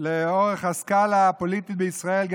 על פני הסקאלה הפוליטית בישראל,